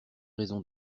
raisons